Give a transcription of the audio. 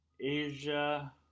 Asia